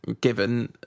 given